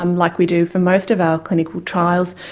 um like we do for most of our clinical trials,